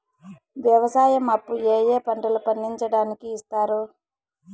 వ్యవసాయం అప్పు ఏ ఏ పంటలు పండించడానికి ఇస్తారు?